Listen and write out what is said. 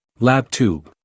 LabTube